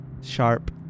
sharp